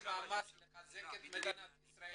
מאמץ לחזק את מדינת ישראל.